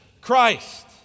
Christ